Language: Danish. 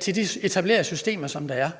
til de etablerede systemer, som de er.